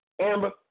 Amber